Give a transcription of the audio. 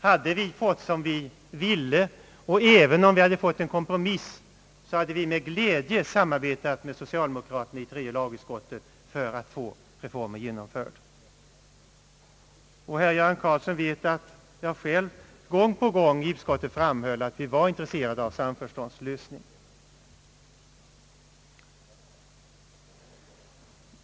Hade vi fått som vi velat och även om vi hade fått en kompromiss, hade vi med glädje samarbetat med socialdemokraterna i tredje lagutskottet för att få reformen genomförd. Herr Göran Karlsson vet att jag själv gång på gång i utskottet framhöll att vi var intresserade av en samförståndslösning.